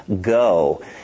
go